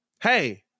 Hey